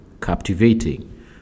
captivating